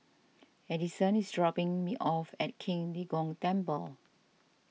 Addison is dropping me off at Qing De Gong Temple